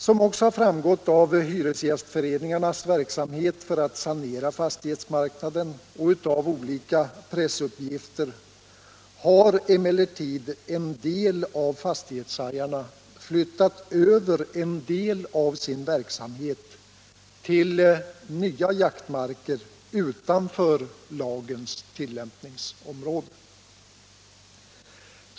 Som också har framgått av hyresgästföreningarnas verksamhet för att sanera fastighetsmarknaden och av olika pressuppgifter har emellertid vissa fastighetshajar flyttat över en del av sin verksamhet till nya jaktmarker utanför lagens tillämpningsområde.